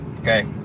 okay